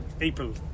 April